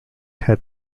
had